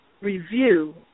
review